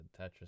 Tetris